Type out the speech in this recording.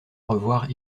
revoir